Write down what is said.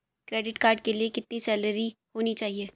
Credit card के लिए कितनी सैलरी होनी चाहिए?